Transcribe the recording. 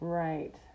right